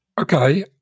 Okay